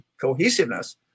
cohesiveness